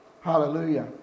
Hallelujah